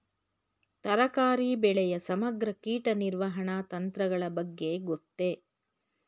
ತರಕಾರಿ ಬೆಳೆಯ ಸಮಗ್ರ ಕೀಟ ನಿರ್ವಹಣಾ ತಂತ್ರಗಳ ಬಗ್ಗೆ ಗೊತ್ತೇ?